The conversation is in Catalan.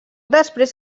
després